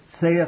saith